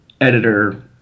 editor